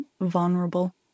vulnerable